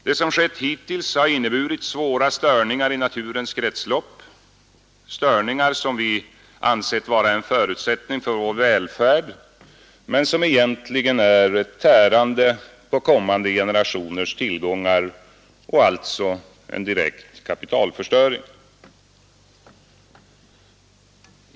Det som skett hittills har inneburit svåra störningar i naturens kretslopp — störningar som vi ansett vara en kommande generationers tillgångar och alltså en direkt kapitalförstöring.